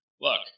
Look